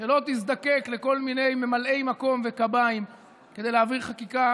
שלא תזדקק לכל מיני ממלאי מקום וקביים כדי להעביר חקיקה